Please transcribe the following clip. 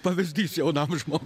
pavyzdys jaunam žmogui